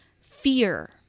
fear